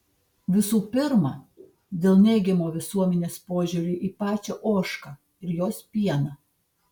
visų pirma dėl neigiamo visuomenės požiūrio į pačią ožką ir jos pieną